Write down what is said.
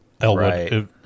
Elwood